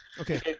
Okay